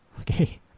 okay